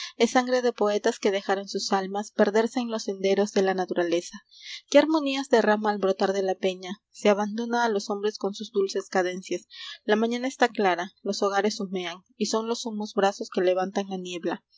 es sangre de poetas que dejaron sus almas perderse en los senderos de la naturaleza qué armonías derrama al brotar de la peña se abandona a los hombres con sus dulces cadencias la mañana está clara los hogares humean biblioteca nacional de españa f e d e r i c o g l o r c a y son los humos brazos que levantan la niebla